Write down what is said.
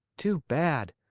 too bad!